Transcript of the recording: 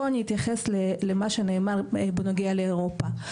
פה אני אתייחס למה שנאמר בנוגע לאירופה.